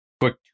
quick